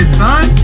son